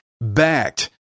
backed